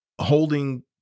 holding